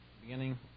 beginning